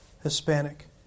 Hispanic